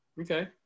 Okay